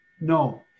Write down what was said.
No